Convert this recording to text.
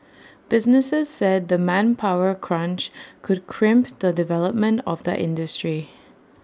businesses said the manpower crunch could crimp the development of the industry